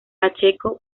pacheco